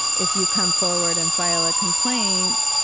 if you come forward and file a complaint,